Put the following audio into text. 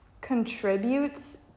contributes